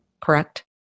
correct